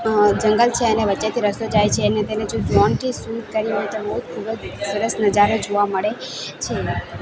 અ જંગલ છે એને વચ્ચેથી રસ્તો જાય છે અને તેને જો ડ્રોનથી શુટ કર્યું હોય તો બહુ જ ખૂબ જ સરસ નજારો જોવા મળે છે